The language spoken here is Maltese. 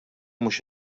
mhux